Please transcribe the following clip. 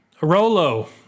Rolo